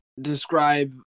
describe